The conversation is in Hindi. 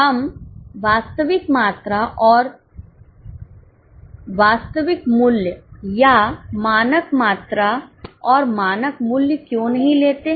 हम वास्तविक मात्रा और वास्तविक मूल्य या मानक मात्रा और मानक मूल्य क्यों नहीं लेते